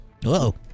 Hello